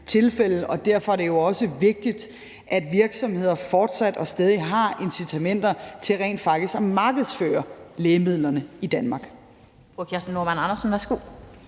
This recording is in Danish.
og derfor er det jo også vigtigt, at virksomheder fortsat og stadig har incitamenter til rent faktisk at markedsføre lægemidlerne i Danmark. Kl. 12:51 Den fg.